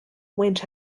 went